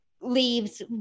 leaves